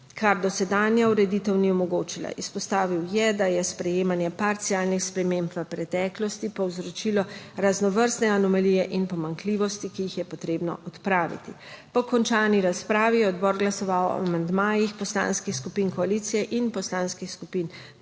kar dosedanja ureditev ni omogočila. Izpostavil je, da je sprejemanje parcialnih sprememb v preteklosti povzročilo raznovrstne anomalije in pomanjkljivosti, ki jih je potrebno odpraviti. Po končani razpravi je odbor glasoval o amandmajih poslanskih skupin koalicije in poslanskih skupin opozicije.